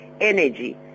energy